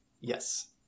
Yes